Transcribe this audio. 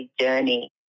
journey